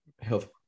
health